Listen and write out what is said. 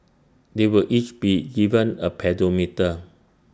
they will each be given A pedometer